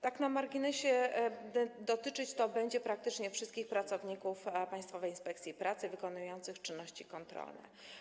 Tak na marginesie dotyczyć to będzie praktycznie wszystkich pracowników Państwowej Inspekcji Pracy wykonujących czynności kontrolne.